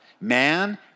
Man